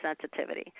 sensitivity